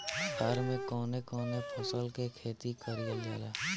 कुवार में कवने कवने फसल के खेती कयिल जाला?